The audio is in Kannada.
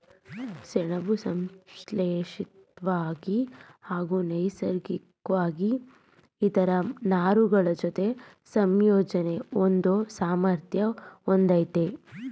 ಸೆಣಬು ಸಂಶ್ಲೇಷಿತ್ವಾಗಿ ಹಾಗೂ ನೈಸರ್ಗಿಕ್ವಾಗಿ ಇತರ ನಾರುಗಳಜೊತೆ ಸಂಯೋಜನೆ ಹೊಂದೋ ಸಾಮರ್ಥ್ಯ ಹೊಂದಯ್ತೆ